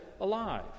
alive